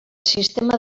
sistema